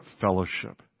fellowship